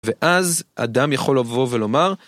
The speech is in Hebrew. ואז אדם יכול לבוא ולומר.